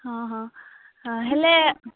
ହଁ ହଁ ହେଲେ